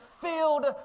filled